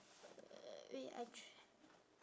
uh wait I che~